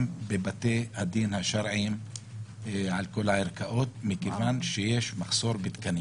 בבתי הדין השרעיים על כל הערכאות מכיוון שיש מחסור בתקנים.